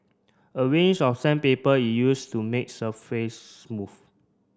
a range of sandpaper is used to make surface smooth